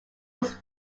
was